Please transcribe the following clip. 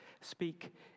speak